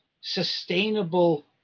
sustainable